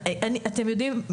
אתם יודעים,